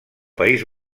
país